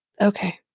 okay